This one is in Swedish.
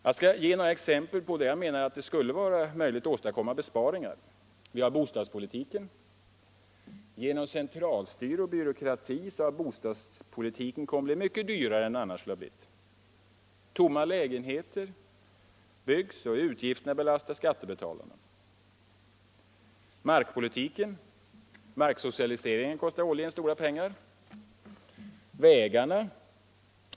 Jag skall ge några exempel på områden där jag menar att det skulle vara möjligt att åstadkomma besparingar. Det första exemplet är bostadspolitiken. Genom centralstyre och byråkrati har bostadspolitiken blivit mycket dyrare än den annars skulle ha blivit. Lägenheter byggs som står tomma och belastar skattebetalarna. Ett andra exempel är markpolitiken. Marksocialiseringen kostar årligen stora pengar. Ett tredje exempel är vägarna.